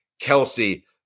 Kelsey